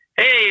hey